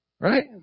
Right